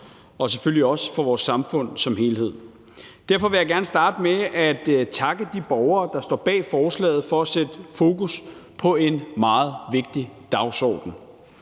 og selvfølgelig også for vores samfund som helhed. Derfor vil jeg gerne starte med at takke de borgere, der står bag forslaget, for at sætte fokus på en meget vigtig dagsorden,